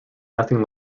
nothing